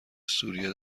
سوریه